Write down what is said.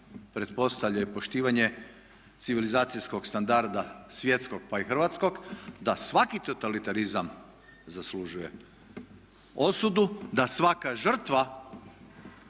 pretpostavlja i poštivanje civilizacijskog standarda svjetskog pa i hrvatskog da svaki totalitarizam zaslužuje osudu, da svaka žrtva